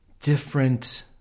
different